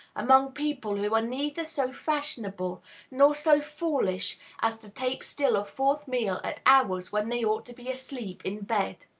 among people who are neither so fashionable nor so foolish as to take still a fourth meal at hours when they ought to be asleep in bed.